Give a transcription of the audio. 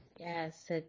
Yes